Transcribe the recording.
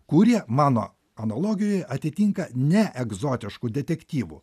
kurie mano analogijoje atitinka neegzotiškų detektyvų